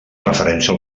referència